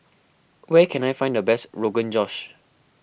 where can I find the best Rogan Josh